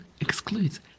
excludes